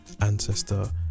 ancestor